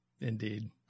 Indeed